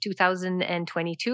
2022